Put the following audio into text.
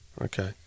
Okay